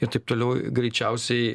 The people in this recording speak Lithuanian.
ir taip toliau greičiausiai